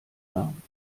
namen